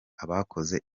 abakoze